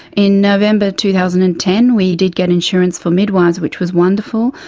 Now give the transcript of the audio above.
in november two thousand and ten we did get insurance for midwives, which was wonderful,